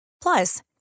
Plus